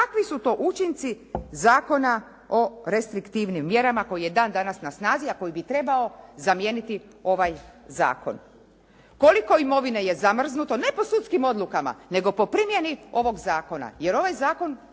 kakvi su to učinci Zakona o restriktivnim mjerama koji je dan danas na snazi, a koji bi trebao zamijeniti ovaj zakon. Koliko imovine je zamrznuto, ne po sudskim odlukama, nego po primjeni ovog zakona, jer ovaj zakon